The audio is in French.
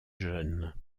jeunes